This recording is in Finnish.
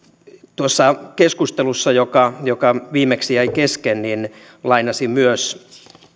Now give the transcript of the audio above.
tuossa keskustelussa joka joka viimeksi jäi kesken lainasin myös